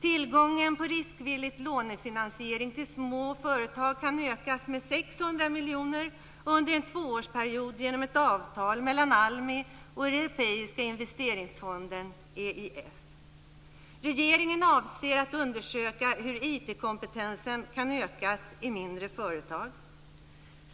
· Tillgången på riskvillig lånefinansiering till små företag kan ökas med 600 miljoner under en tvåårsperiod genom ett avtal mellan ALMI och Europeiska investeringsfonden, EIF. kompetensen kan ökas i mindre företag.